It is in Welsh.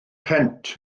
rhent